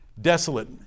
desolate